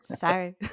Sorry